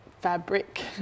fabric